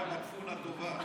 יפה, מטפונה טובה.